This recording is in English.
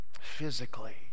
physically